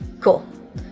Cool